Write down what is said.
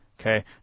Okay